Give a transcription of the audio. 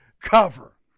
cover